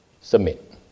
Submit